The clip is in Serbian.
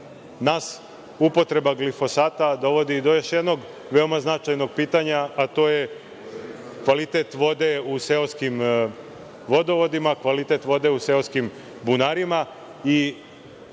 Nas upotreba glifosata dovodi do još jednog veoma značajnog pitanja, a to je kvalitet vode u seoskim vodovodima, kvalitet vode u seoskim bunarima.